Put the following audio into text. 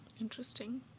interesting